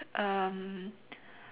um